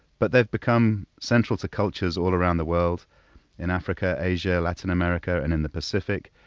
but they've become central to cultures all around the world in africa, asia, latin america, and in the pacific.